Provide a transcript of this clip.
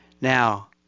Now